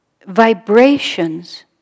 vibrations